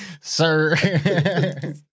Sir